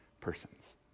persons